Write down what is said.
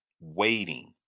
waiting